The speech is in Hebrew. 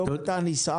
היום אתה נסער.